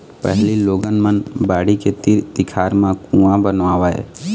पहिली लोगन मन बाड़ी के तीर तिखार म कुँआ बनवावय